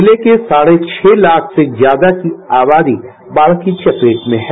जिले की अभी साढ़े छह लाख से अधिक की आबादी बाढ़ की चपेट में है